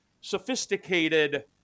sophisticated